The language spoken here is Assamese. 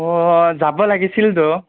অঁ যাব লাগিছিলতো